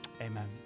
Amen